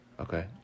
Okay